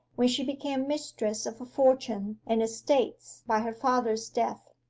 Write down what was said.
when she became mistress of a fortune and estates by her father's death,